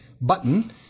button